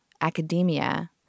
academia